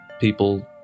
people